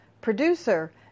producer